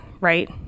right